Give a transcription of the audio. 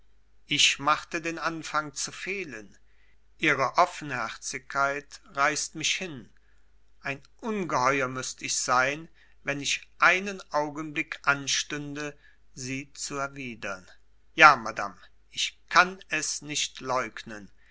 ich machte den anfang zu fehlen ihre offenherzigkeit reißt mich hin ein ungeheuer müßt ich sein wenn ich einen augenblick anstünde sie zu erwidern ja madame ich kann es nicht leugnen